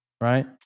right